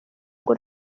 ngo